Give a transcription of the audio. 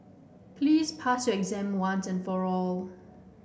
please pass your exam once and for all